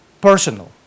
personal